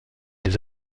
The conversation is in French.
les